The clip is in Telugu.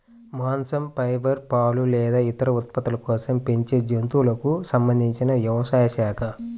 మాంసం, ఫైబర్, పాలు లేదా ఇతర ఉత్పత్తుల కోసం పెంచే జంతువులకు సంబంధించిన వ్యవసాయ శాఖ